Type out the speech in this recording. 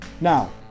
Now